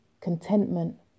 Contentment